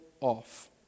off